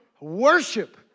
Worship